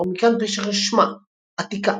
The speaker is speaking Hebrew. ומכאן פשר שמה עתיקה.